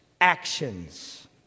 actions